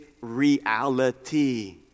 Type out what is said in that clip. reality